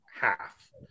half